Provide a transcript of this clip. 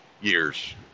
years